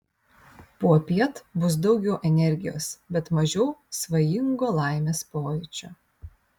popiet bus daugiau energijos bet mažiau svajingo laimės pojūčio